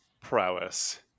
prowess